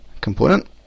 component